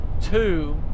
two